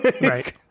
Right